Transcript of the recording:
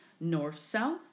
north-south